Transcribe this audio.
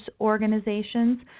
organizations